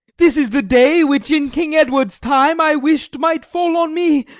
this is the day which in king edward's time i wish'd might fall on me,